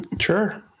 Sure